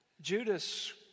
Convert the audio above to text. Judas